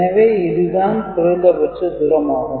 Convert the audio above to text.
எனவே இதுதான் குறைந்தபட்ச தூரம் ஆகும்